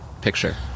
picture